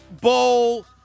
Bowl